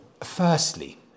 Firstly